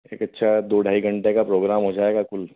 एक अच्छा दो ढाई घंटे का प्रोग्राम हो जाएगा कुल